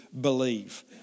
believe